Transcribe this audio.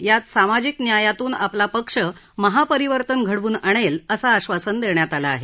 यात सामाजिक न्यायातून आपला पक्ष महापरिवर्तन घडवून आणेल असं आश्वासन देण्यात आलं आहे